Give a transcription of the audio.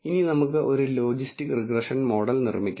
ഇനി നമുക്ക് ഒരു ലോജിസ്റ്റിക് റിഗ്രഷൻ മോഡൽ നിർമ്മിക്കാം